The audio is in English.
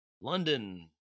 London